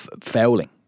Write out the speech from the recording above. fouling